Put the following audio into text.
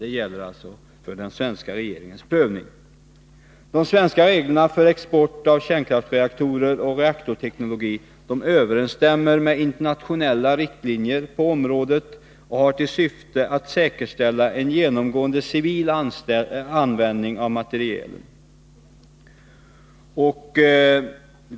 Detta gäller alltså den svenska regeringens prövning. De svenska reglerna för export av kärnkraftsreaktorer och reaktorteknologi överensstämmer med internationella riktlinjer på området och har till syfte att säkerställa en genomgående civil användning av materielen.